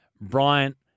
Bryant